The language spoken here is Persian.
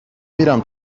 میرم